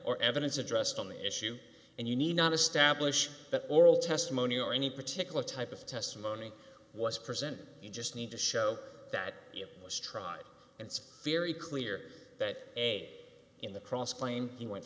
or evidence addressed on the issue and you need not establish that oral testimony or any particular type of testimony was present you just need to show that it was tried and it's very clear that a in the cross claim he went